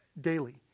daily